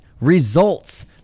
results